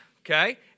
okay